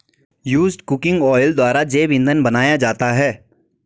used cooking oil द्वारा जैव इंधन बनाया जाता है